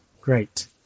Great